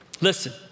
listen